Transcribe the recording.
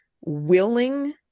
willing